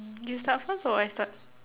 you start first or I start